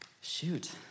shoot